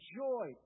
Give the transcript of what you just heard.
joy